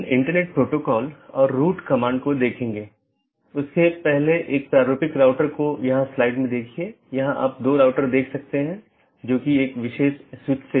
यह केवल उन्हीं नेटवर्कों के विज्ञापन द्वारा पूरा किया जाता है जो उस AS में या तो टर्मिनेट होते हैं या उत्पन्न होता हो यह उस विशेष के भीतर ही सीमित है